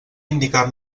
indicar